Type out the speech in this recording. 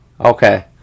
Okay